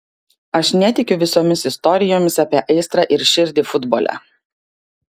aš netikiu visomis istorijomis apie aistrą ir širdį futbole